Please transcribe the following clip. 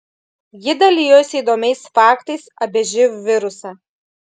ji dalijosi įdomiais faktais apie živ virusą